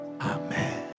Amen